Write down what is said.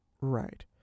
Right